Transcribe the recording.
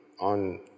on